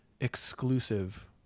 exclusive